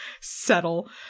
Settle